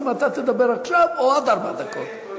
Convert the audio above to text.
אם אתה תדבר עכשיו או בעוד ארבע דקות.